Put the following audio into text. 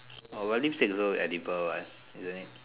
oh but lipstick is also edible what isn't it